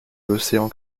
l’océan